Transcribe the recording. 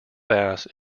bass